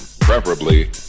preferably